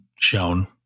shown